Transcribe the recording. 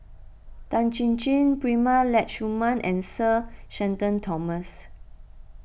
Tan Chin Chin Prema Letchumanan and Sir Shenton Thomas